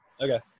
Okay